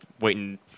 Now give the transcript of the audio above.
Waiting